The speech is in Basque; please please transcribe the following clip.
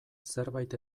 zerbait